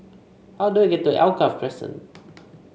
how do I get to Alkaff Crescent